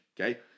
okay